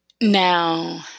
Now